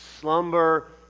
slumber